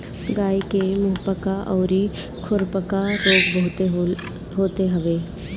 गाई के मुंहपका अउरी खुरपका रोग बहुते होते हवे